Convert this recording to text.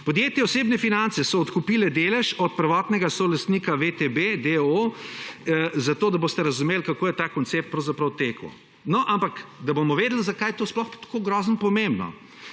Podjetje Osebne finance so odkupile delež od prvotnega solastnika VTB, d. o. o., zato da boste razumeli kako je ta koncept pravzaprav tekel. No, ampak da bomo vedeli za kaj je to sploh grozno pomembno.